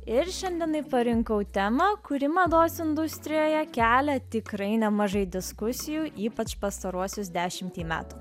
ir šiandienai parinkau temą kuri mados industrijoje kelia tikrai nemažai diskusijų ypač pastaruosius dešimtį metų